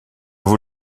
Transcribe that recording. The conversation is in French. vous